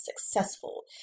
successful